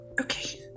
Okay